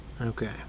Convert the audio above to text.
Okay